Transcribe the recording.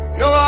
no